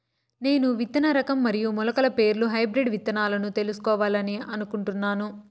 నేను విత్తన రకం మరియు మొలకల పేర్లు హైబ్రిడ్ విత్తనాలను తెలుసుకోవాలని అనుకుంటున్నాను?